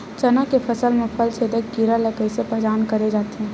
चना के फसल म फल छेदक कीरा ल कइसे पहचान करे जाथे?